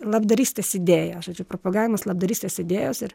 labdarystės idėja žodžiu propagavimas labdarystės idėjos ir